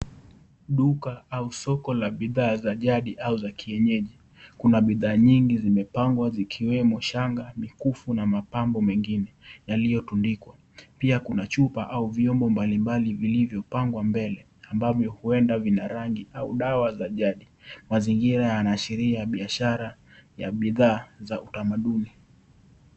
Duka au soko la bidhaa ya jadi au ya kienyeji, kuna bidhaa nyingi zimepangwa zikiwemo Shanga, mikufu na mapambo mengine yaliyotundikwa, pia kuna chupa au vyombo mbalimbali vilivyopangwa mbele ambamo vina rangi au dawa ya jadi. Mazingira yanaashiria biashara ya bidhaa za utamaduni .